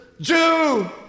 Jew